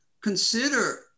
consider